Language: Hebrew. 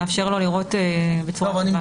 שמאפשר לו לראות בצורה טובה.